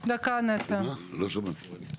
מבחינת השכל הישר, לפחות השכל הישר שלי,